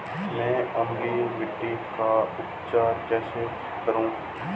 मैं अम्लीय मिट्टी का उपचार कैसे करूं?